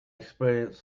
experience